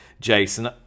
Jason